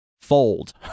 Fold